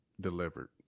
delivered